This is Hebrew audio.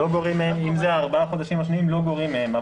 אם זה הארבעה חודשים השניים לא גורעים מהם.